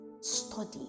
Study